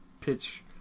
pitch